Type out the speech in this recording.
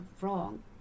wrong